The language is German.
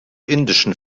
indischen